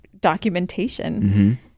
documentation